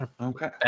Okay